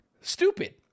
stupid